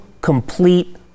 complete